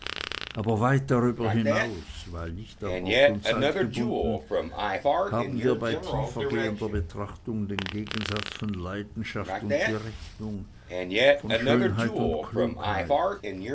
aber weit darüber hinaus weil nicht an ort und zeit gebunden haben wir bei tiefer gehender betrachtung den gegensatz von leidenschaft und berechnung von schönheit und klugheit